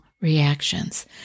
reactions